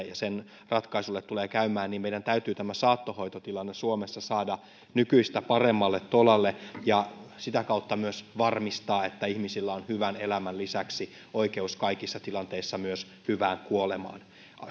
ja sen ratkaisulle tulee käymään meidän täytyy tämä saattohoitotilanne suomessa saada nykyistä paremmalle tolalle ja sitä kautta myös varmistaa että ihmisillä on hyvän elämän lisäksi oikeus kaikissa tilanteissa myös hyvään kuolemaan